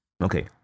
Okay